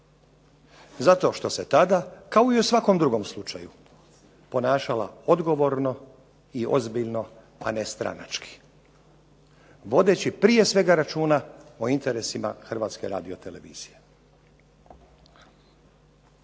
zato što se tada, kao i u svakom drugom slučaju, ponašala odgovorno i ozbiljno, a ne stranački, vodeći prije svega računa o interesima Hrvatske radiotelevizije.